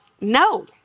no